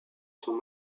sont